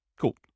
Cool